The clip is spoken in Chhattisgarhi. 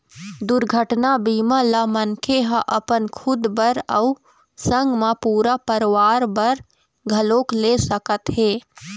दुरघटना बीमा ल मनखे ह अपन खुद बर अउ संग मा पूरा परवार बर घलोक ले सकत हे